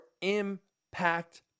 impact